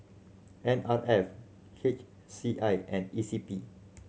N R F H C I and E C P